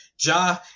Ja